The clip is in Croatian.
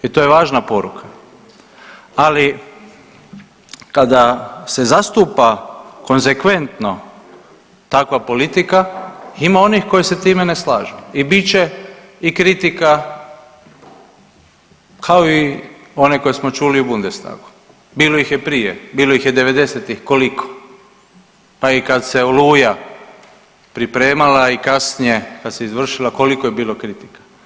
I to je važna poruka, ali kada se zastupa konzekventno takva politika ima onih koji se time ne slažu i bit će i kritika kao i one koje smo čuli u Bundestagu, bilo ih je prije, bilo ih je '90. koliko, pa i kad se Oluja pripremala i kasnije kad se izvršila koliko je bilo kritika.